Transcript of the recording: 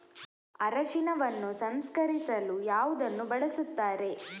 ಅರಿಶಿನವನ್ನು ಸಂಸ್ಕರಿಸಲು ಯಾವುದನ್ನು ಬಳಸುತ್ತಾರೆ?